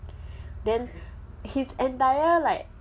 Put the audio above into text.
then his entire like